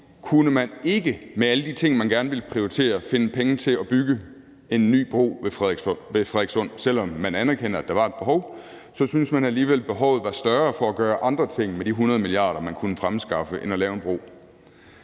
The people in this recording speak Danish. kunne man med alle de ting, man gerne ville prioritere, ikke finde penge til at bygge en ny bro ved Frederikssund. Selv om man anerkendte, at der var et behov, syntes man alligevel, at behovet for at gøre andre ting med de 100 mia. kr., man kunne fremskaffe, var større end at lave en bro.